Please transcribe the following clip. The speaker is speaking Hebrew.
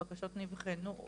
הבקשות נבחנו,